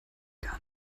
gar